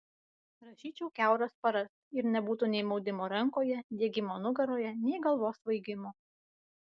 rašyčiau kiauras paras ir nebūtų nei maudimo rankoje diegimo nugaroje nei galvos svaigimo